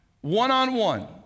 One-on-one